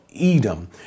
Edom